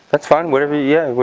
that's fine whatever yeah